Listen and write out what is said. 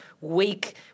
weak